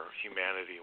humanity